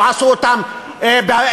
לא עשו אותם ה-BDS,